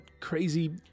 crazy